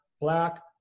black